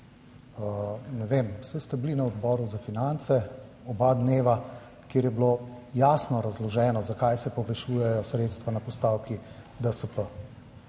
Ne vem, saj ste bili na Odboru za finance oba dneva, kjer je bilo jasno razloženo, zakaj se povečujejo sredstva na postavki DSP?